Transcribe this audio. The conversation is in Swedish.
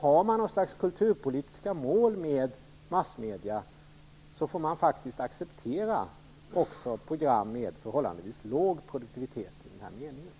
Har man något slags kulturpolitiskt mål med massmedia får man faktiskt acceptera också program med förhållandevis låg produktivitet i den här meningen.